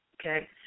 Okay